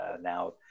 now